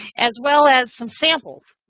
as well as some samples.